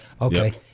Okay